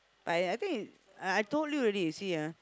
I I think uh I told you already you see ah